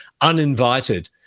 uninvited